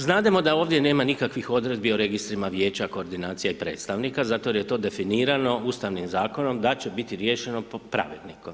Znademo da ovdje nema nikakvih odredbi o registrima vijeća, koordinacija i predstavnika, zato jer je to definirano ustavnim zakonom da će biti riješeno pod pravilnikom.